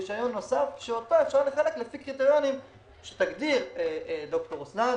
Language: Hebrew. רישיון נוסף שאותו אפשר לחלק לפי קריטריונים שתגדיר ד"ר אסנת,